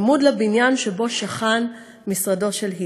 צמוד לבניין שבו שכן משרדו של היטלר.